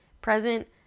present